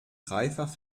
dreifach